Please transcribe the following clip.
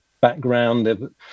background